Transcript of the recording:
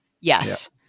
Yes